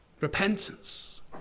Repentance